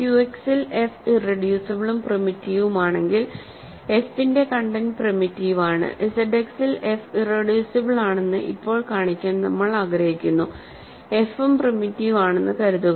ക്യുഎക്സിൽ F ഇറെഡ്യൂസിബിളും പ്രിമിറ്റീവുമാണെങ്കിൽ എഫിന്റെ കണ്ടെന്റ് പ്രിമിറ്റീവ് ആണ് ഇസഡ് എക്സിൽ എഫ് ഇറെഡ്യൂസിബിൾ ആണെന്ന് ഇപ്പോൾ കാണിക്കാൻ നമ്മൾ ആഗ്രഹിക്കുന്നു എഫും പ്രിമിറ്റീവ് ആണെന്ന് കരുതുക